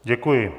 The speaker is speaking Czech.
Děkuji.